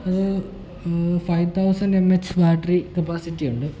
അത് five thousand M H battery കപ്പാസിറ്റിയുണ്ട്